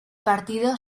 partido